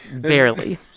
Barely